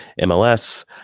MLS